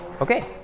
Okay